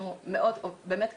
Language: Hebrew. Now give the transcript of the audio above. באמת קשה.